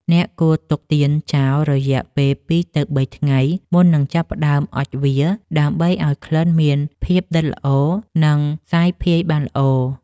អ្នកគួរទុកទៀនចោលរយៈពេល ២ ទៅ ៣ ថ្ងៃ មុននឹងចាប់ផ្ដើមអុជវា ដើម្បីឱ្យក្លិនមានភាពដិតល្អ និងសាយភាយបានល្អ។